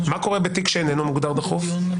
מה קורה בתיק שאינו מוגדר דחוף?